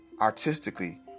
artistically